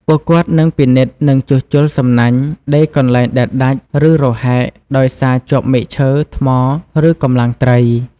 ពួកគាត់នឹងពិនិត្យ និងជួសជុល សំណាញ់ ដេរកន្លែងដែលដាច់ ឬរហែកដោយសារជាប់មែកឈើ ថ្ម ឬកម្លាំងត្រី។